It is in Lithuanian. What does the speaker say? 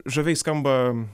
žaviai skamba